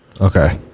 okay